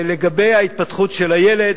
לגבי ההתפתחות של הילד,